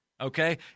okay